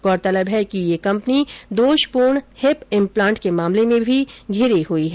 गौरतलब है कि ये कम्पनी दोषपूर्ण हिप इम्प्लांट के मामले में भी घिरी हुई है